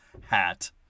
hat